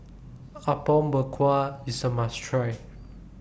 Apom Berkuah IS A must Try